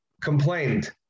complained